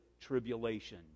tribulation